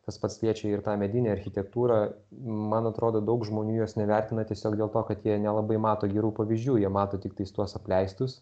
tas pats liečia ir tą medinę architektūrą man atrodo daug žmonių jos nevertina tiesiog dėl to kad jie nelabai mato gerų pavyzdžių jie mato tiktai tuos apleistus